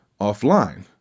offline